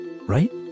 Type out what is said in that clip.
right